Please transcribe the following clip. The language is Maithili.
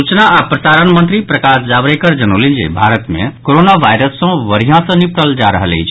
सूचना आओर प्रसारण मंत्री प्रकाश जावड़ेकर जनौलनि जे भारत मे कोरोना वायरस सँ बढ़िया सँ निपटल जा रहल अछि